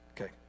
Okay